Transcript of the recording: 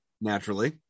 Naturally